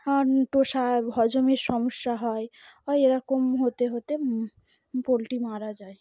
আর টোষা হজমের সমস্যা হয় ও এরকম হতে হতে পোলট্রি মারা যায়